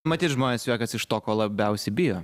matyt žmonės juokiasi iš to ko labiausiai bijo